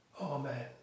Amen